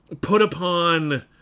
put-upon